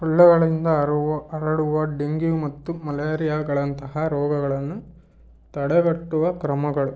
ಸೊಳ್ಳೆಗಳಿಂದ ಹರುವ ಹರಡುವ ಡೆಂಗ್ಯೂ ಮತ್ತು ಮಲೇರಿಯಾಗಳಂತಹ ರೋಗಗಳನ್ನು ತಡೆಗಟ್ಟುವ ಕ್ರಮಗಳು